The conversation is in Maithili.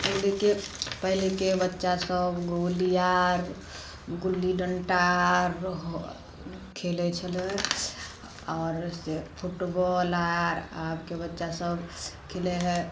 पहिलेके पहिलेके बच्चा सभ गोली आर गुल्ली डँटा आर खेलै छलै आओर से फुटबौल आर आबके बच्चा सभ खेलै हइ